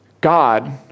God